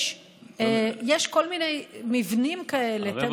יש כל מיני מבנים כאלה,